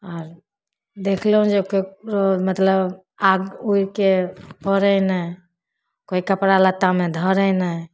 आओर देखलहुँ जे ककरो मतलब आग उड़िके पड़ै नहि कोइ कपड़ा लत्तामे धरै नहि